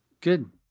Good